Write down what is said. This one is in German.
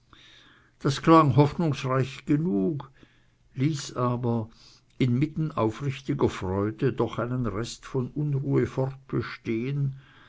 das klang hoffnungsreich genug ließ aber inmitten aufrichtiger freude doch einen rest von unruhe fortbestehen